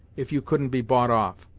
if you couldn't be bought off,